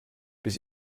bis